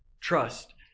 trust